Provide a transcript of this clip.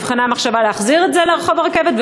האם נבחנה המחשבה להחזיר את זה לרחוב הרכבת?